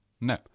No